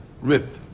rip